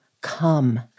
come